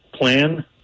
plan